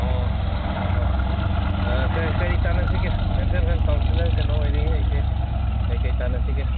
ꯑꯣ ꯍꯣꯏ ꯍꯣꯏ ꯀꯔꯤ ꯇꯥꯟꯅꯁꯤꯒꯦ ꯃꯦꯟꯇꯦꯜ ꯍꯦꯜꯠ ꯀꯥꯎꯟꯁꯤꯜꯂꯔ ꯀꯩꯅꯣ ꯑꯣꯏꯔꯤ ꯑꯩꯁꯦ ꯀꯔꯤ ꯀꯔꯤ ꯇꯥꯟꯅꯁꯤꯒꯦ